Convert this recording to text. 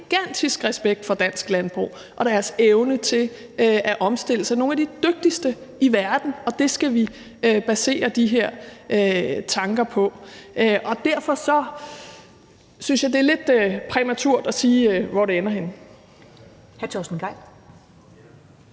jeg har en gigantisk respekt for dansk landbrug og dets evne til at omstille sig. Det er nogle af de dygtigste i verden, og det skal vi basere de her tanker på. Og derfor synes jeg, det er lidt præmaturt at sige, hvor det ender henne.